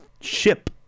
ship